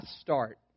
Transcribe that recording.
start